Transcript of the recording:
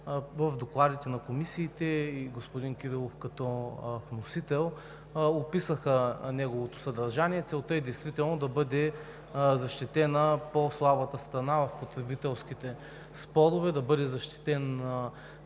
в докладите на комисиите и господин Кирилов като вносител, описаха неговото съдържание. Целта е действително да бъде защитена по-слабата страна в потребителските спорове, да бъде защитен